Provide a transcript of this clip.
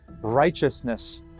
righteousness